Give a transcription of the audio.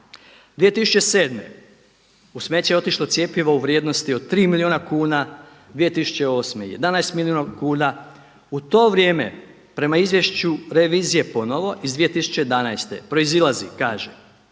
2007. u smeće je otišlo cjepivo u vrijednosti od 3 milijuna kuna, 2008. 11 milijuna kuna. U to vrijeme prema izvješću revizije ponovo iz 2011. proizilazi kaže: